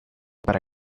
para